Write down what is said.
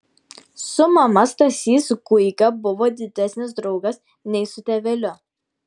su mama stasys guiga buvo didesnis draugas nei su tėveliu